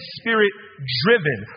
spirit-driven